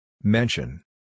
Mention